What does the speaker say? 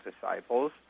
disciples